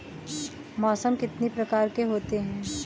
मौसम कितनी प्रकार के होते हैं?